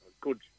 good